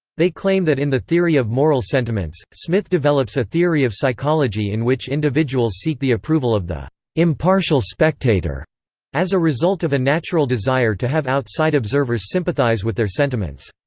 they claim that in the theory of moral sentiments, smith develops a theory of psychology in which individuals seek the approval of the impartial spectator as a result of a natural desire to have outside observers sympathise sympathise with their sentiments.